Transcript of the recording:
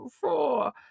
four